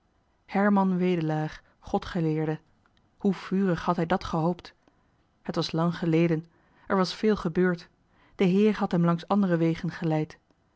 herman wedelaar godgeleerde hoe vurig had hij dat gehoopt het was lang geleden er was veel gebeurd de heer had hem langs andere wegen geleid